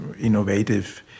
innovative